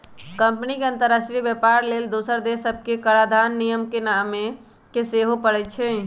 company के अंतरराष्ट्रीय व्यापार लेल दोसर देश सभके कराधान नियम के माने के सेहो परै छै